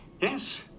Yes